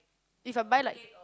If I buy like